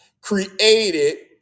created